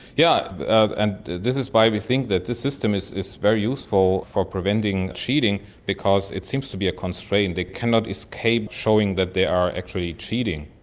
yeah and this is why we think that this system is is very useful for preventing cheating because it seems to be a constraint they cannot escape showing that they are actually cheating.